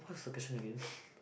what's the question again